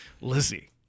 Lizzie